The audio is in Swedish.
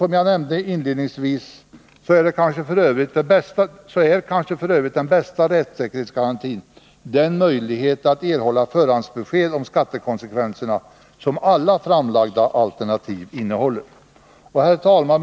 Som jag nämnde inledningsvis är kanske f. ö. den bästa rättssäkerhetsgarantin den möjlighet att erhålla förhandsbesked om skattekonsekvenserna som alla framlagda förslag innehåller. Herr talman!